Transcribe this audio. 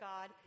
God